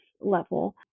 level